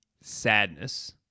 sadness